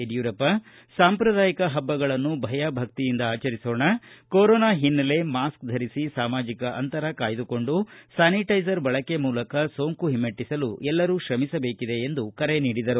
ಯಡಿಯೂರಪ್ಪ ಸಾಂಪ್ರದಾಯಿಕ ಪಬ್ಬಗಳನ್ನು ಭಯ ಭಕ್ತಿಯಿಂದ ಆಚರಿಸೋಣ ಕೊರೋನಾ ಹಿನ್ನೆಲೆಯಲ್ಲಿ ಮಾಸ್ಕ್ ಧರಿಸಿ ಸಾಮಾಜಿಕ ಅಂತರ ಕಾಯ್ದುಕೊಂಡು ಸ್ಥಾನಿಟೈಸರ್ ಬಳಕೆ ಮೂಲಕ ಸೋಂಕು ಹಿಮ್ಟೆಟ್ಟಿಸಲು ಶ್ರಮಿಸಬೇಕು ಎಂದು ಕರೆ ನೀಡಿದರು